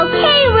Okay